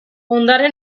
ondare